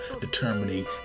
determining